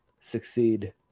succeed